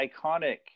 iconic